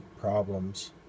problems